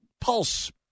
pulse